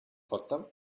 potsdam